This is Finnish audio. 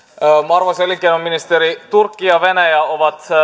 arvoisa elinkeinoministeri turkki ja venäjä ovat